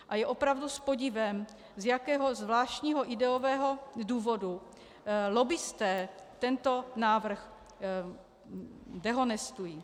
A je opravdu s podivem, z jakého zvláštního ideového důvodu lobbisté tento návrh dehonestují.